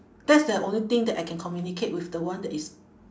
that's the only thing that I can communicate with the one that is